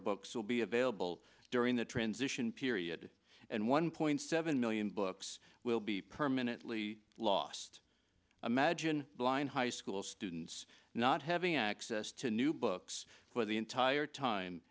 books will be available during the transition period and one point seven million books will be permanently lost imagine blind high school students not having access to new books for the entire time